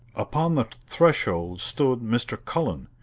upon the threshold stood mr. cullen,